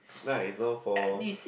nah it's not for